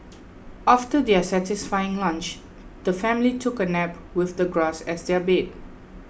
after their satisfying lunch the family took a nap with the grass as their bed